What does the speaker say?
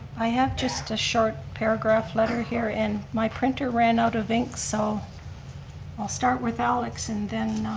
i have just a short paragraph letter here, and my printer ran out of ink, so i'll start with alex and then,